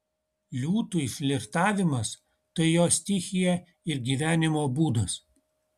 liūtui flirtavimas tai jo stichija ir gyvenimo būdas